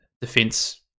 defense